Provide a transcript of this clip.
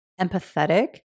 empathetic